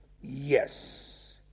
Yes